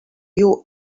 you